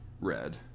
Red